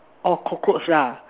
orh cockroach lah